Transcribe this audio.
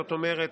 זאת אומרת,